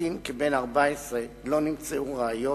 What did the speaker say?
קטין כבן 14, לא נמצאו ראיות,